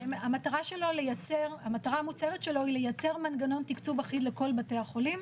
המטרה המוצהרת שלו היא לייצר מנגנון תקצוב אחיד לכל בתי החולים,